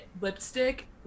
lipstick